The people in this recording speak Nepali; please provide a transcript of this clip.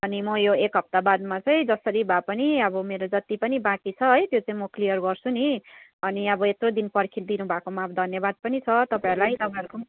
अनि म यो एक हप्ता बादमा चाहिँ जसरी भए पनि अब मेरो जति बाँकी छ है त्यो चाहिँ म क्लियर गर्छु नि अनि अब यत्रो दिन पर्खिदिनु भएकोमा अब धन्यवाद पनि छ तपाईँहरूलाई तपाईँहरूको पनि